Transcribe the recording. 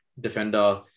defender